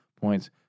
points